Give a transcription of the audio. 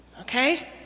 Okay